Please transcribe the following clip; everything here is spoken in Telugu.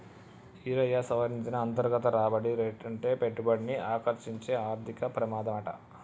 ఈరయ్యా, సవరించిన అంతర్గత రాబడి రేటంటే పెట్టుబడిని ఆకర్సించే ఆర్థిక పెమాదమాట